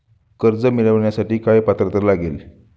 कर्ज मिळवण्यासाठी काय पात्रता लागेल?